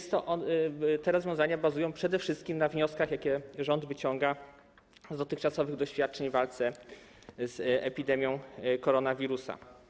Te rozwiązania bazują przede wszystkim na wnioskach, jakie rząd wyciąga z dotychczasowych doświadczeń w walce z epidemią koronawirusa.